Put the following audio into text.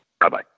Bye-bye